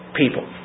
people